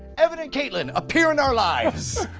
evan and katelyn appeared in our lives!